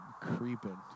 Creeping